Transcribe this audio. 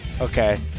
okay